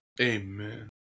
Amen